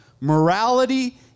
Morality